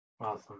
Awesome